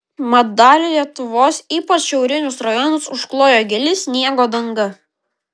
mat dalį lietuvos ypač šiaurinius rajonus užklojo gili sniego danga